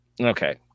Okay